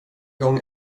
gång